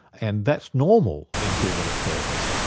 and that's normal in human affairs.